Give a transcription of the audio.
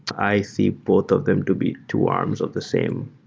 i see both of them to be two arms of the same